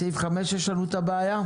בסעיף 5 יש לנו את הבעיה.